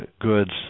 goods